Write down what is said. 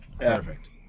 Perfect